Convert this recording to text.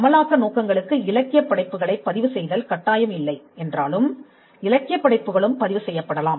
அமலாக்க நோக்கங்களுக்கு இலக்கியப் படைப்புகளைப் பதிவு செய்தல் கட்டாயம் இல்லை என்றாலும் இலக்கியப் படைப்புகளும் பதிவு செய்யப்படலாம்